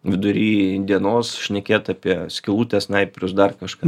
vidury dienos šnekėt apie skylutę snaiperius dar kažką